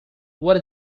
what